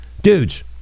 dudes